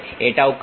এটাও কাট